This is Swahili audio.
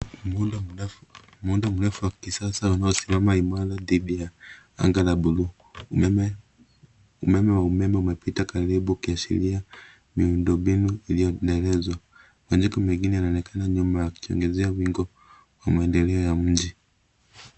Muundo mrefu. Muundo mrefu wa kisasa unaosimama imara dhidi ya anga la buluu. Umeme, umeme wa umeme umepita karibu ikiashiria miundo mbinu iliyo na elezo. Majengo mengine yanaonekana nyuma yakichengezea vingo wa mwendeleo ya mji.